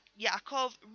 Yaakov